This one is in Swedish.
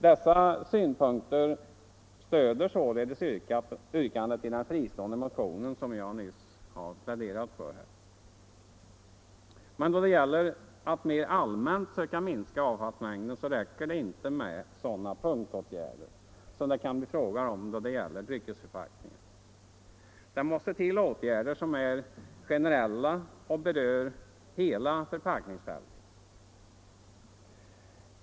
Dessa synpunkter stöder således yrkandet i den fristående motion som jag nyss pläderat för. Men då det gäller att mera allmänt söka minska avfallsmängden räcker det inte med sådana punktåtgärder som det kan bli fråga om beträffande dryckesförpackningar. Det måste till åtgärder som är generella och berör hela förpackningsfältet.